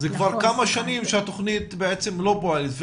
זה כבר כמה שנים שהתוכנית לא פועלת,